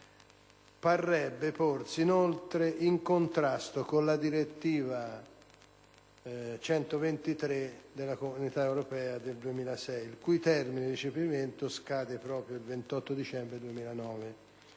parrebbe inoltre porsi in contrasto con la direttiva 123 della Comunità europea del 2006, il cui termine di recepimento scade il 28 dicembre 2009.